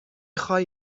خوای